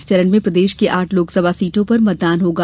इस चरण में प्रदेश की आठ लोकसभा सीटों पर होगा